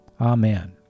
Amen